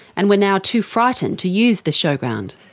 and were now too frightened to use the showground.